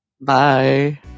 Bye